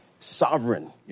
Sovereign